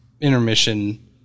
intermission